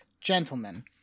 Gentlemen